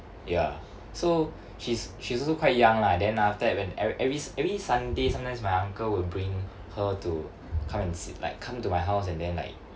ya so she's she's also quite young lah then after that when every every every sunday sometimes my uncle will bring her to come and si~ like come to my house and then like